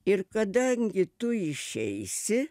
ir kadangi tu išeisi